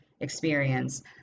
experience